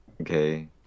okay